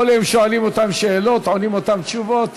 כל יום שואלים אותן שאלות, עונים אותן תשובות.